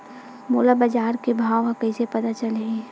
मोला बजार के भाव ह कइसे पता चलही?